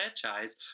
franchise